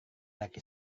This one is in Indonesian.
laki